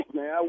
Man